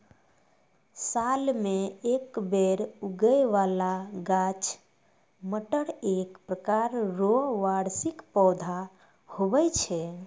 साल मे एक बेर उगै बाला गाछ मटर एक प्रकार रो वार्षिक पौधा हुवै छै